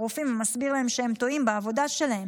הרופאים ומסביר להם שהם טועים בעבודה שלהם.